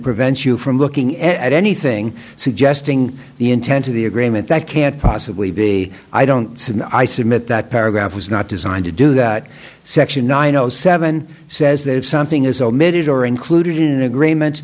prevents you from looking at anything suggesting the intent of the agreement that can't possibly be i don't see and i submit that paragraph was not designed to do that section nine zero seven says that if something is omitted or included in agreement